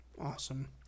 awesome